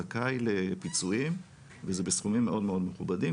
זכאי לפיצויים וזה בסכומים מאוד מכובדים,